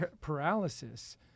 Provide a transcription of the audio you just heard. paralysis